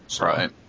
right